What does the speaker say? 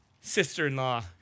sister-in-law